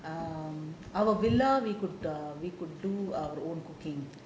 um our villa we could err we could do our own cooking